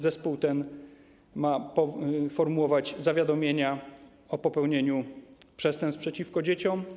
Zespół ten ma formułować zawiadomienia o popełnieniu przestępstw przeciwko dzieciom.